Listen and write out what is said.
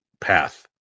path